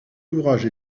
ouvrage